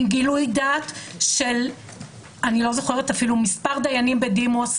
עם גילוי דעת של אני לא זוכרת אפילו מספר דיינים בדימוס,